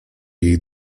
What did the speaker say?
jej